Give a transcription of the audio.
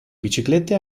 biciclette